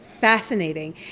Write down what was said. fascinating